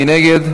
מי נגד?